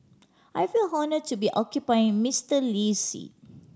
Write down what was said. I feel honour to be occupying Mister Lee seat